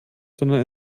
sondern